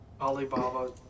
alibaba